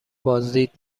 بازدید